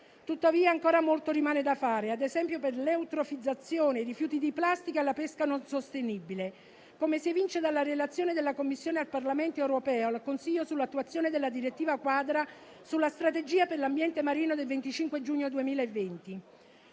Tuttavia, ancora molto rimane da fare, ad esempio per l'eutrofizzazione, i rifiuti di plastica e la pesca non sostenibile, come si evince dalla relazione della Commissione europea sull'attuazione della direttiva quadro sulla strategia per l'ambiente marino del 25 giugno 2020.